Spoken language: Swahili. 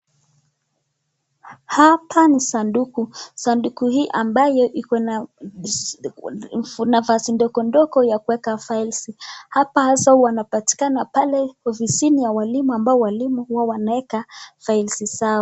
Hapa ni sanduku, sanduku hii ambayo iko na nafasi ndogondogo ya kuweka files hasa wanapatikana pale ofisini ya walimu ambo walimu huwa wanaweka files zao.